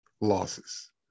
losses